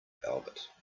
albert